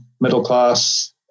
middle-class